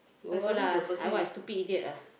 no lah I what stupid idiot lah